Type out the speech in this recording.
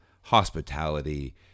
hospitality